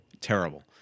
Terrible